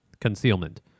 concealment